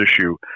issue